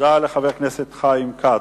תודה לחבר הכנסת חיים כץ.